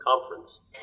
conference